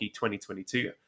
2022